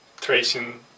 tracing